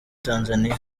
tanzania